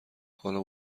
حالا